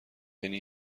یعنی